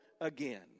Again